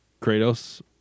Kratos